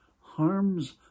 harms